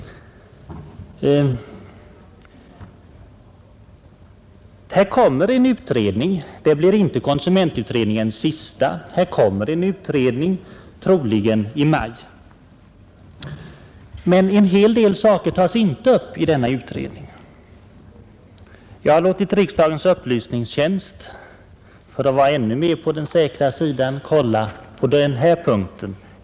Konsumentutredningen kommer att framlägga ett betänkande — det blir inte utredningens sista — troligen i maj. Men en hel del frågor tas inte upp i denna utredning. Jag har låtit riksdagens upplysningstjänst kontrollera hur det ligger till därvidlag.